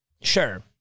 sure